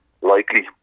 likely